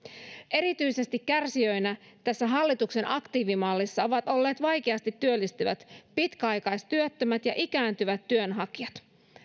erityisesti kärsijöinä tässä hallituksen aktiivimallissa ovat olleet vaikeasti työllistyvät pitkäaikaistyöttömät ja ikääntyvät työnhakijat